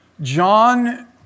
John